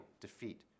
defeat